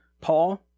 Paul